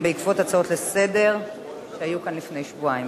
בעקבות הצעות לסדר-היום שעלו כאן לפני שבועיים.